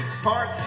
Park